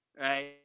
Right